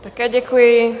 Také děkuji.